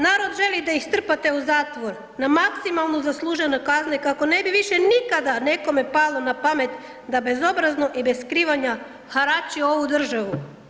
Narod želi da ih strpate u zatvor, na maksimalno zaslužene kazne kako ne bi više nikada nekome palo na pamet da bezobrazno i bez skrivanja harali ovu državu.